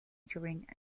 during